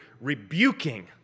rebuking